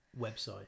website